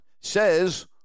Says